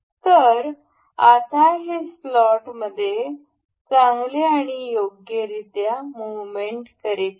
तर आता हे स्लॉट मध्ये चांगले आणि योग्यरीत्या मुहमेंट करीत आहे